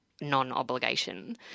non-obligation